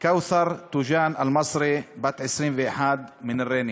כאותר תיג'אן אל-מצרי בת 21 מריינה.